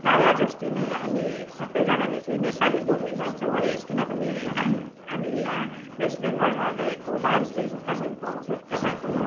प्रायः जस्तो नै हामी सबैजनाले चाहिँ नेपाली बोल्ने गर्छौँ है किनभने हामी यहाँ वेस्ट बेङ्गोलमा रहेको दार्जिलिङ कालिम्पोङ क्षेत्रमा चाहिँ